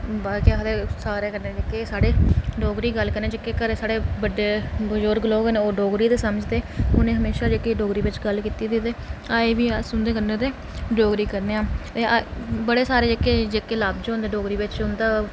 सारें कन्नै जेह्के अस डोगरी च गै गल्ल करनेंआं कीचे घरै साढ़े बड्डे बजुर्ग लोक न जेहके ओह् डोगरी गै समझदे न उनें म्हेंशां जेह्के डोगरी बिच गल्ल कीती दी ऐ ते अजें बी अस उंदे कन्नै डोगरी बिच गल्ल पूरी करनेंआं बड़े सारे जेह्के लब्ज होंदे डोगरी बिच उंदा